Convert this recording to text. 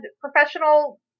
professional